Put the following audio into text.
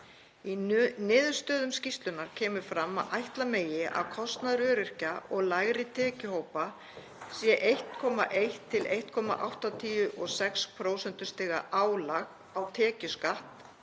Í niðurstöðum skýrslunnar kemur fram að ætla megi að kostnaður öryrkja og lægri tekjuhópa sé 1,1–1,86 prósentustigaálag á tekjuskatt